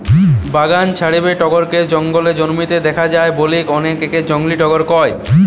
বাগান ছাড়াবি টগরকে বনে জঙ্গলে জন্মিতে দেখা যায় বলিকি অনেকে একে জংলী টগর কয়